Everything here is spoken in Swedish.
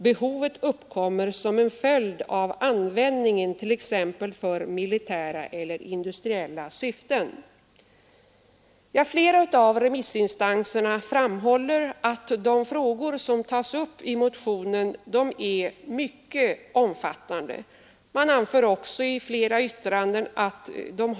Behovet uppkommer som en följd av eller industriella syften.” användningen, t.ex. för militär: Flera av remissinstanserna framhåller att de frågor som tas upp i motionen är mycket omfattande. Det anförs också i flera yttranden att vidd.